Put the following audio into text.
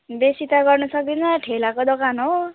बेसी त गर्न सक्दिनँ ठेलाको दोकान हो